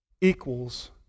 equals